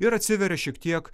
ir atsiveria šiek tiek